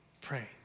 Pray